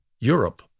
europe